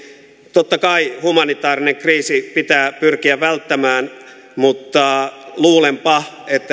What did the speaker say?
totta kai humanitaarinen kriisi pitää pyrkiä välttämään mutta luulenpa että